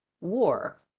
War